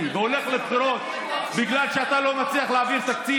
והולך לבחירות בגלל שאתה לא מצליח להעביר תקציב,